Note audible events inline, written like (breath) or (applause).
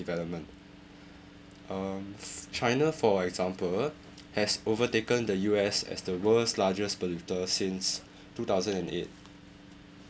development (noise) um f~ china for example (noise) has overtaken the U_S as the world's largest polluter since (breath) two thousand and eight